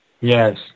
Yes